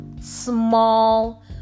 small